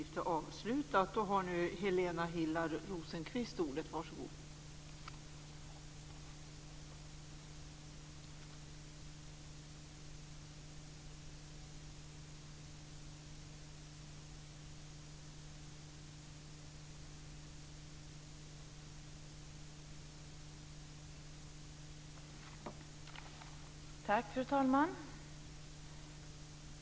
Fru talman!